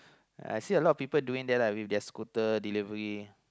I see a lot of people doing that lah with their scooter delivery